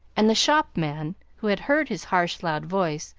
and the shopman, who had heard his harsh, loud voice,